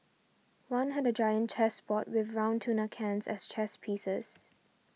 one had a giant chess board with round tuna cans as chess pieces